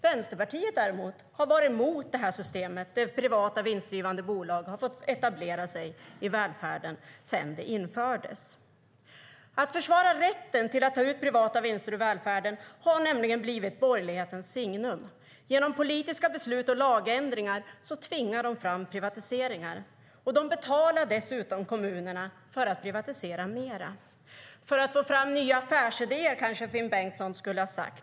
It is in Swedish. Vänsterpartiet, däremot, har varit emot det här systemet, där privata, vinstdrivande bolag har fått etablera sig i välfärden, sedan det infördes. Att försvara rätten att ta ut privata vinster ur välfärden har blivit borgerlighetens signum. Genom politiska beslut och lagändringar tvingar de fram privatiseringar. De betalar dessutom kommunerna för att privatisera mera - för att få fram nya affärsidéer, kanske Finn Bengtsson skulle ha sagt.